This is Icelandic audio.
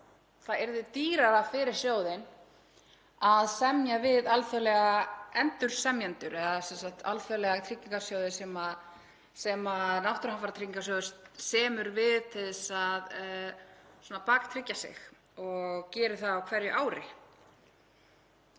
það yrði dýrara fyrir sjóðinn að semja við alþjóðlega endurseljendur eða sem sagt alþjóðlega tryggingarsjóði sem náttúruhamfaratryggingarsjóður semur við til að baktryggja sig og gerir það á hverju ári.